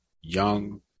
young